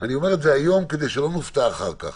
זה היום כדי שלא נופתע אחר כך,